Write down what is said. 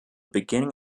beginning